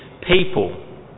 people